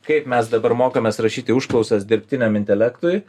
kaip mes dabar mokomės rašyti užklausas dirbtiniam intelektui